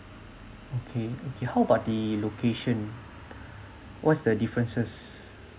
okay okay how about the location what's the differences